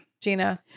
Gina